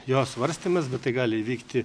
jos svarstymas bet tai gali įvykti